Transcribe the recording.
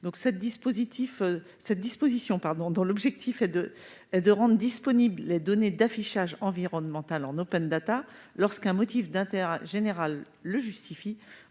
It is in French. Billon. Cette disposition, dont la visée est de rendre disponibles les données d'affichage environnemental en lorsqu'un motif d'intérêt général le justifie,